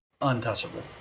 untouchable